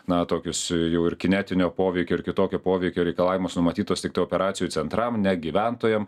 na tokius jau ir kinetinio poveikio ir kitokio poveikio reikalavimus numatytos tiktai operacijų centram ne gyventojam